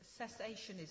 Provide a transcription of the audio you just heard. Cessationism